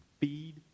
feed